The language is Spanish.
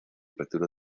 retiro